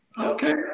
Okay